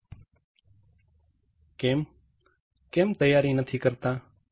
કેમ કેમ તૈયારી નથી કરતા